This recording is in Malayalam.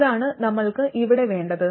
അതാണ് നമ്മൾക്ക് ഇവിടെ വേണ്ടത്